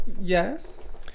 Yes